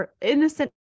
innocent